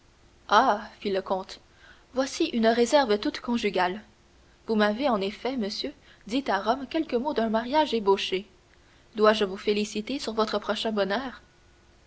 ah fit le comte voici une réserve toute conjugale vous m'avez en effet monsieur dit à rome quelques mots d'un mariage ébauché dois-je vous féliciter sur votre prochain